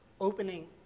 Opening